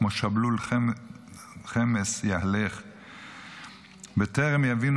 כמו שבלול תֶּמֶס יַהֲלֹךְ --- בטרם יבינו